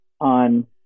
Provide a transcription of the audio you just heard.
on